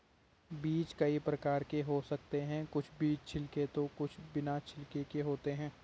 बीज कई प्रकार के हो सकते हैं कुछ बीज छिलके तो कुछ बिना छिलके के होते हैं